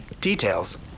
Details